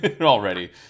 already